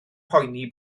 poeni